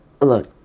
look